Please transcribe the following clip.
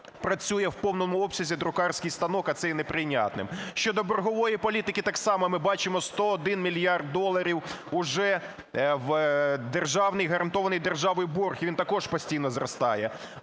працює в повному обсязі друкарський станок, а це є неприйнятним. Щодо боргової політики. Так само ми бачимо 101 мільярд доларів уже державний, гарантований державою борг і він також постійно зростає.